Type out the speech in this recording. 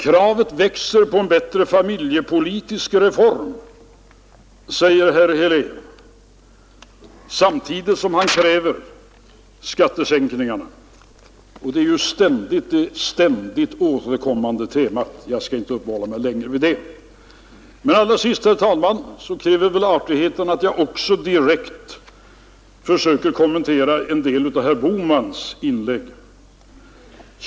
Kravet växer på en familjepolitisk reform, säger herr Helén, samtidigt som han kräver skattesänkningar. Det är ju ett från hans sida ständigt återkommande tema. Jag skall därför här gå förbi den saken. Allra sist, herr talman, kräver väl artigheten att jag försöker direkt kommentera en del av vad herr Bohman sade i sitt inlägg.